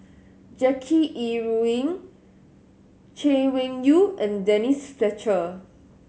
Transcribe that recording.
Jackie Yi Ru Ying Chay Weng Yew and Denise Fletcher